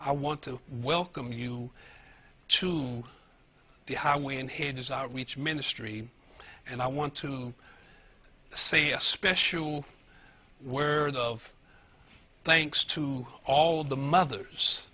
i want to welcome you to the highway and his outreach ministry and i want to say a special where the of thanks to all the mothers